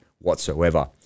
whatsoever